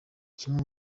kimwe